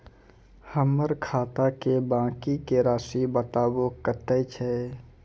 हमर खाता के बाँकी के रासि बताबो कतेय छै?